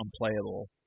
unplayable